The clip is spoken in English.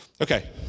Okay